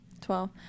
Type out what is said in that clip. Twelve